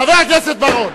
חבר הכנסת בר-און,